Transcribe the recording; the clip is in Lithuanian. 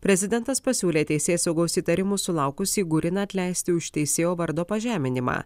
prezidentas pasiūlė teisėsaugos įtarimų sulaukusį guriną atleisti už teisėjo vardo pažeminimą